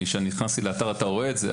כשאני נכנסתי לאתר אתה רואה את זה,